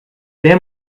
wer